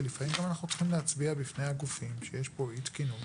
ולפעמים אנחנו גם צריכים להצביע בפני הגופים שיש פה אי תקינות.